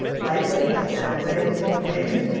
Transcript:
light waves, sound waves, wind,